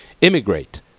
immigrate